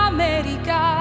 America